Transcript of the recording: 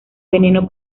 veneno